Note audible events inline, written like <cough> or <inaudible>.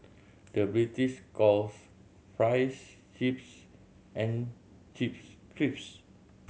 the British calls fries chips and chips <unintelligible>